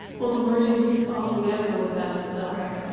well, the marines altogether were the best, so.